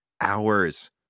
hours